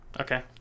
Okay